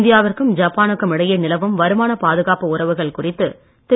இந்தியாவிற்கும் ஜப்பானுக்கும் இடையே நிலவும் வருமான பாதுகாப்பு உறவுகள் குறித்து திரு